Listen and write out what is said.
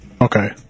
Okay